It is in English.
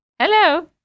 Hello